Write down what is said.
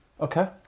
Okay